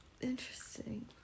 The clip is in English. Interesting